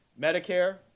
Medicare